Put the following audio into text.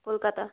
Kolkata